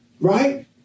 Right